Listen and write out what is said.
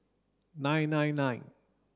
nine nine nine